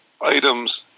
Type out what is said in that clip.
items